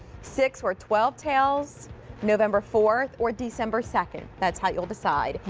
six or twelve tails november fourth or december second. that's how you will decide.